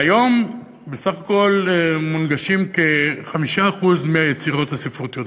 והיום בסך הכול מונגשות כ-5% מהיצירות הספרותיות,